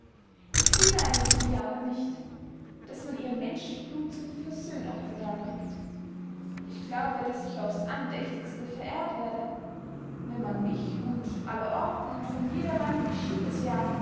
ich beneide die diana nicht daß man ihr menschenblut zum versöhnopfer darbringt ich glaube daß ich aufs andächtigste verehrt werde wenn man mich und allerorten und von jedermann geschieht es ja